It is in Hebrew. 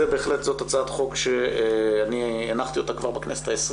זאת הצעת חוק שאני הנחתי אותה כבר בכנסת ה-20